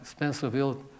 Spencerville